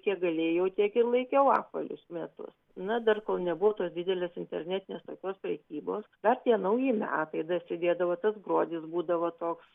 kiek galėjau tiek ir laikiau apvalius metus na dar kol nebuvo tos didelės internetinės tokios prekybos dar tie nauji metai dasidėdavo tas gruodis būdavo toks